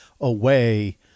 away